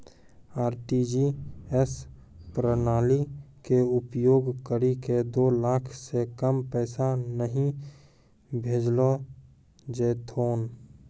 RTGS प्रणाली के उपयोग करि के दो लाख से कम पैसा नहि भेजलो जेथौन